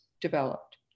developed